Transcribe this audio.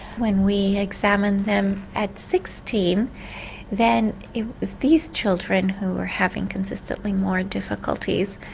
when we examined them at sixteen then it was these children who were having consistently more difficulties.